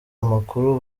amakuru